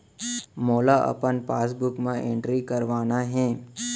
मोला अपन पासबुक म एंट्री करवाना हे?